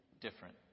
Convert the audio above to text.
different